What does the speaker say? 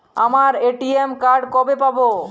আমার ATM card কবে পাব?